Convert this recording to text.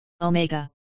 omega